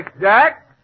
Jack